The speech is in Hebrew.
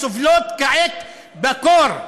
הסובלות כעת בקור.